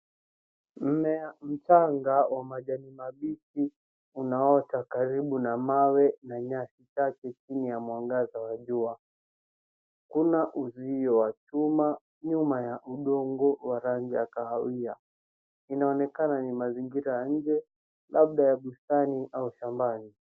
Mmea mchanga wa majani mabichi unaota karibu na mawe na nyasi safi chini ya mwangaza wajua, kuna uzio wa chuma ya udongo wa rangi ya kahawia.